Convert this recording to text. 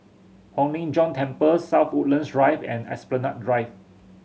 Hong Lim Jiong Temple South Woodlands Drive and Esplanade Drive